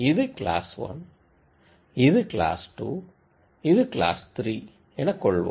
இது கிளாஸ் 1 இது கிளாஸ் 2 இது கிளாஸ் 3 எனக் கொள்வோம்